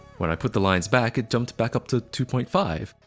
when i put the lines back, it jumped back up to two point five.